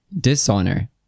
dishonor